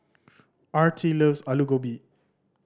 Artie loves Alu Gobi